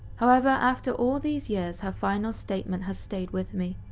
however, after all these years her final statement has stayed with me.